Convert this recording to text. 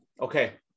okay